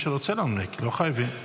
מי שרוצה לנמק, לא חייבים.